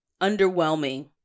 underwhelming